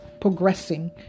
progressing